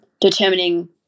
determining